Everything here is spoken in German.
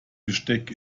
besteck